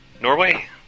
Norway